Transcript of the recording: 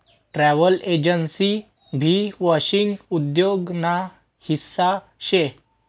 travel agency भी वांशिक उद्योग ना हिस्सा शे